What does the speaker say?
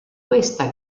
questa